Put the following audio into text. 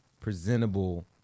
presentable